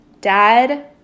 dad